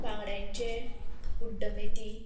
बांगड्यांचें उड्डमेती